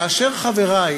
כאשר חברי